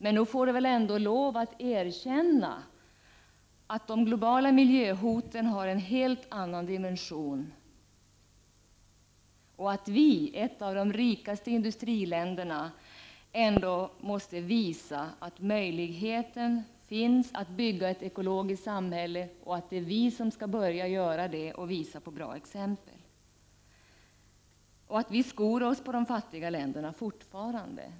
Men nog får statsministern lov att erkänna att de globala miljöhoten har en helt annan dimension och att vi — ett av de rikaste industriländerna — ändå måste visa att möjligheten finns att bygga ett ekologiskt samhälle och att det är vi som skall börja göra det och visa på bra exempel. Vi skor oss fortfarande på de fattiga länderna.